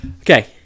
Okay